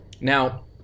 Now